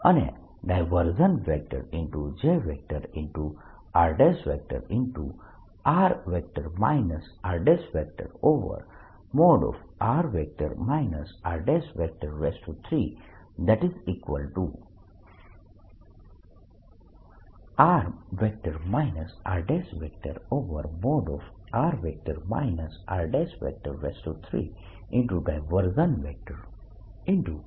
અને Jrr r|r r|3r r|r r|3